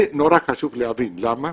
זה נורא חשוב להבין, למה?